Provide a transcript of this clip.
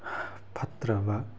ꯐꯠꯇ꯭ꯔꯕ